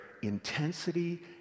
intensity